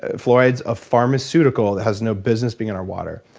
ah fluoride's a pharmaceutical that has no business being in our water.